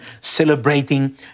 celebrating